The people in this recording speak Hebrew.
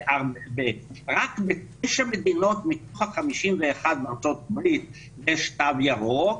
רק בתשע מדינות מתוך 51 בארה"ב יש תו ירוק,